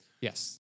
Yes